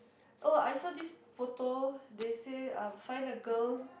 oh I saw this photo they say um find a girl